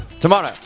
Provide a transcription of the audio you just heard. Tomorrow